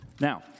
now